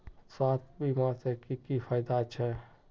स्वास्थ्य बीमा से की की फायदा छे?